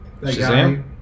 Shazam